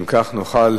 אם כך, נוכל